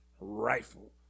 rifle